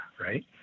right